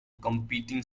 competing